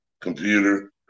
computer